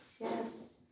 Yes